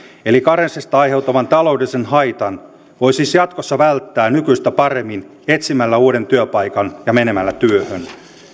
eli karenssista aiheutuvan taloudellisen haitan voi siis jatkossa välttää nykyistä paremmin etsimällä uuden työpaikan ja menemällä työhön